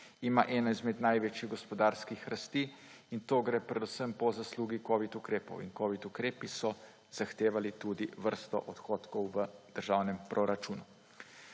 ima eno največ gospodarskih rasti; in to gre predvsem po zaslugi covid ukrepov. Covid ukrepi so zahtevali tudi vrsto odhodkov v državnem proračunu.